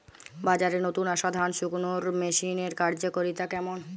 বাজারে নতুন আসা ধান শুকনোর মেশিনের কার্যকারিতা কেমন?